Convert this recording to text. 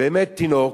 תינוק